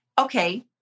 okay